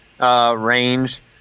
range